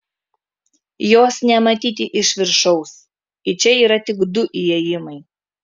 jos nematyti iš viršaus į čia yra tik du įėjimai